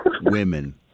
Women